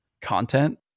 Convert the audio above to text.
content